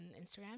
instagram